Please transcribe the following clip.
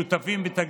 הם שותפים בתגלית,